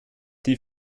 die